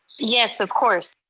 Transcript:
yes, of course.